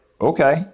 Okay